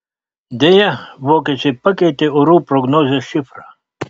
deja vokiečiai pakeitė orų prognozės šifrą